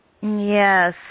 Yes